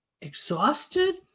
exhausted